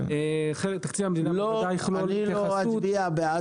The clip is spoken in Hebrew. חלק מתקציב המדינה ודאי יכלול התייחסות -- אני לא מצביע בעד